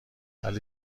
ولی